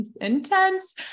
intense